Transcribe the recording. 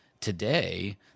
today